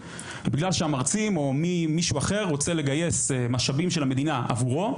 בגלל שהמרצים או מישהו אחר רוצה לגייס משאבים של המדינה עבורו.